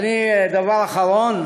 דבר אחרון,